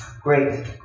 great